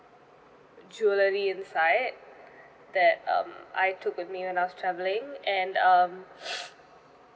jewellery inside that um I took with me when I was travelling and um